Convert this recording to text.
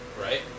Right